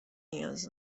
نیاز